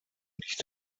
nicht